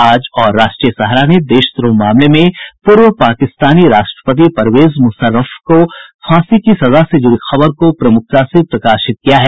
आज और राष्ट्रीय सहारा ने देशद्रोह मामले में पूर्व पाकिस्तानी राष्ट्रपति परवेज मुशर्फ को फांसी की सजा से जुड़ी खबर को प्रमुखता से प्रकाशित किया है